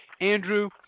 Andrew